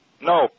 No